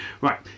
Right